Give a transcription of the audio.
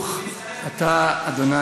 ברוך אתה ה'